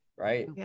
right